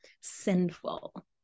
sinful